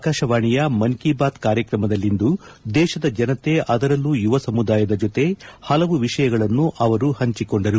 ಆಕಾಶವಾಣಿಯ ಮನ್ ಕಿ ಬಾತ್ ಕಾರ್ಯಕ್ರಮದಲ್ಲಿಂದು ದೇಶದ ಜನತೆ ಅದರಲ್ಲೂ ಯುವ ಸಮುದಾಯದ ಜೊತೆ ಹಲವು ವಿಷಯಗಳನ್ನು ಅವರು ಹಂಚಿಕೊಂಡರು